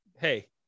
Hey